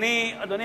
אדוני